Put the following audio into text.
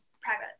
private